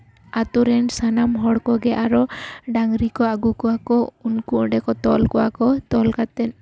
ᱟᱛᱳ ᱨᱮᱱ ᱥᱟᱱᱟᱢ ᱦᱚᱲ ᱠᱚᱜᱮ ᱟᱨᱚ ᱰᱟᱹᱝᱨᱤ ᱠᱚ ᱟᱜᱩ ᱠᱚᱣᱟ ᱠᱚ ᱩᱱᱠᱩ ᱚᱸᱰᱮ ᱠᱚ ᱛᱚᱞ ᱠᱚᱣᱟ ᱠᱚ ᱛᱚᱞ ᱠᱟᱛᱮ